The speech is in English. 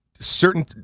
certain